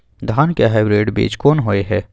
धान के हाइब्रिड बीज कोन होय है?